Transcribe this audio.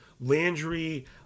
Landry